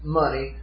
money